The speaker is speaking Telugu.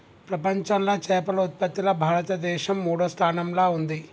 ప్రపంచంలా చేపల ఉత్పత్తిలా భారతదేశం మూడో స్థానంలా ఉంది